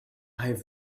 have